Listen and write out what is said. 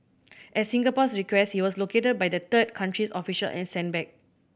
at Singapore's request he was located by the third country's official and sent back